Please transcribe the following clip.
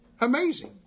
Amazing